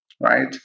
right